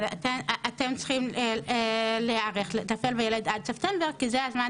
אתם צריכים להיערך לטפל בילד עד ספטמבר כי זה הזמן